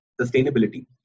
sustainability